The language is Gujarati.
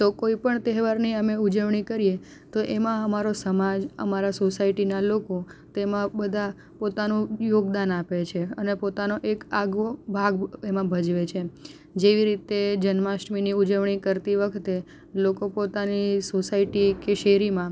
તો કોઈ પણ તહેવારની અમે ઉજવણી કરીએ તો એમાં અમારો સમાજ અમારા સોસાયટીનાં લોકો તેમાં બધા પોતાનું યોગદાન આપે છે અને પોતાનો એક આગવો ભાગ એમાં ભજવે છે જેવી રીતે જન્માષ્ટમીની ઉજવણી કરતી વખતે લોકો પોતાની સોસાયટી કે શેરીમાં